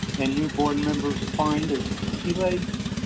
and new board members find their sea legs,